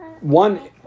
one